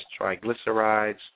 triglycerides